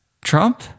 Trump